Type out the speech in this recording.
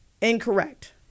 incorrect